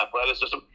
athleticism